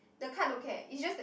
the card don't care it's just the